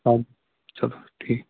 چلو ٹھیٖک